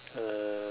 um